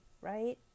right